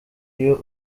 iyo